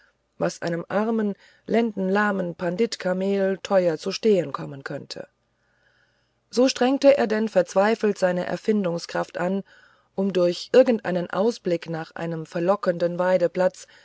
was einem armen lendenlahmen pandit kameel teuer zu stehen kommen könnte so strengte er denn verzweifelt seine erfindungskraft an um durch irgendeinen ausblick nach einem verlockenden